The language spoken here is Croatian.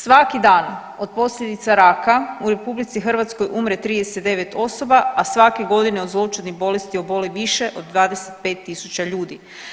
Svaki dan od posljedica raka u RH umre 39 osoba, a svake godine od zloćudnih bolesti oboli više od 25.000 ljudi.